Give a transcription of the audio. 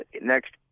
next